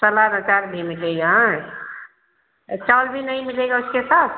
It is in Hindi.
सलाद अचार भी मिलेगा चावल भी नहीं मिलेगा उसके साथ